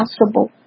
possible